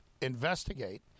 investigate